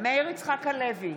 מאיר יצחק הלוי,